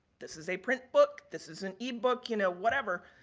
this is a print book. this is an ebook, you know, whatever.